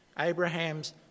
Abraham's